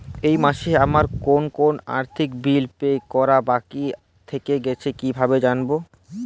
এই মাসে আমার কোন কোন আর্থিক বিল পে করা বাকী থেকে গেছে কীভাবে জানব?